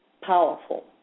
powerful